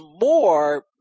more